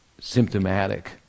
symptomatic